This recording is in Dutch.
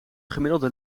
gemiddelde